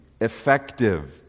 effective